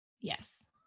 yes